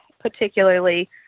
particularly